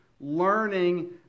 learning